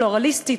פלורליסטית,